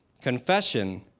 Confession